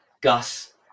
Gus